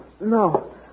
No